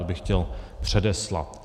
To bych chtěl předeslat.